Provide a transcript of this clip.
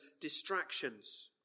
distractions